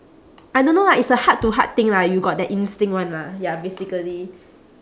I don't know lah it's a heart to heart thing lah you got that instinct [one] lah ya basically